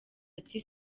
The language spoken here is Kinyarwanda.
ati